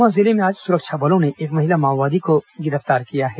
सुकमा जिले में आज सुरक्षा बलों ने एक महिला माओवादी को गिरफ्तार किया है